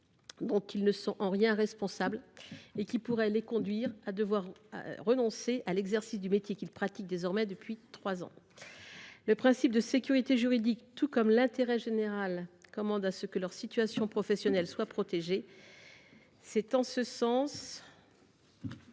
dont ils ne sont en rien responsables et qui pourraient les conduire à devoir renoncer à l’exercice du métier qu’ils pratiquent désormais depuis trois ans. Le principe de sécurité juridique, de même que l’intérêt général nous appellent à protéger leur situation professionnelle. C’est pourquoi la commission